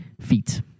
feet